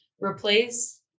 replace